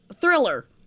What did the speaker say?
thriller